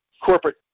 corporate